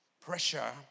Pressure